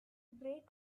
great